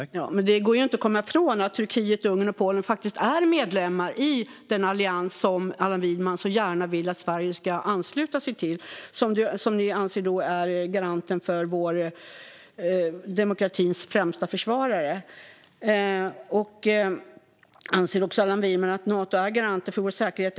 Herr ålderspresident! Det går inte att komma ifrån att Turkiet, Ungern och Polen faktiskt är medlemmar i den allians som Allan Widman så gärna vill att Sverige ska ansluta sig till och som ni anser är vår demokratis främsta försvarare. Anser Allan Widman också att Nato är garant för vår säkerhet?